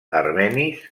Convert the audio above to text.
armenis